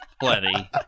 plenty